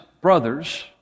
brothers